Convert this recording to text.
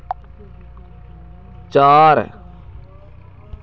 चार